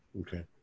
Okay